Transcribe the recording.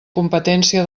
competència